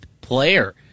player